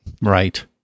Right